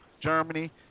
Germany